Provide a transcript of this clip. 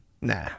Nah